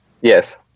Yes